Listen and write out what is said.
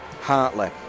Hartley